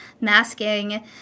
masking